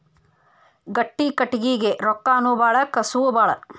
ಗಟ್ಟಿ ಕಟಗಿಗೆ ರೊಕ್ಕಾನು ಬಾಳ ಕಸುವು ಬಾಳ